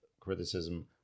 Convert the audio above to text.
criticism